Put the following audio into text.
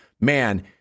man